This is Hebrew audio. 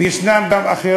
ויש גם אחרים,